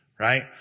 right